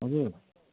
हजुर